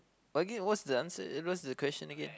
again what's the answer eh what's the question again